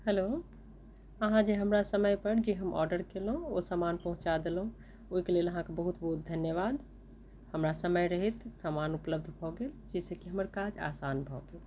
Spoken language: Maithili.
हैलो अहाँ जे हमरा समयपर जे हम आर्डर कयलहुँ ओ सामान पहुँचा देलहुँ ओइके लेल अहाँके बहुत बहुत धन्यवाद हमरा समय रहैत सामान उपलब्ध भऽ गेल जाहिसँ की हमर काज आसान भऽ गेल